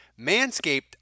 Manscaped